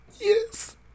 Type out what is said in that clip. Yes